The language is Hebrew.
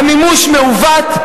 המימוש מעוות.